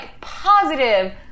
positive